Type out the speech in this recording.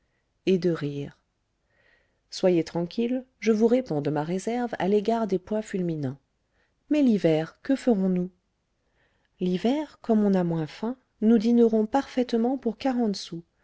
et de rire soyez tranquille je vous réponds de ma réserve à l'égard des pois fulminants mais l'hiver que ferons-nous l'hiver comme on a moins faim nous dînerons parfaitement pour quarante sous